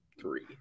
three